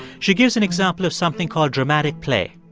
she gives an example of something called dramatic play.